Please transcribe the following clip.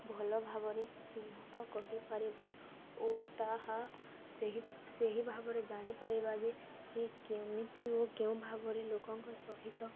ଭଲ ଭାବରେ ଚିହ୍ନଟ କରିପାରିବା ଓ ତାହା ସେ ସେହି ଭାବରେ ଜାଣିପାରିବା ଯେ ସେ କେମିତି ଓ କେଉଁ ଭାବରେ ଲୋକଙ୍କ ସହିତ